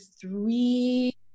three